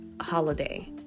holiday